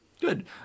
Good